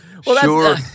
sure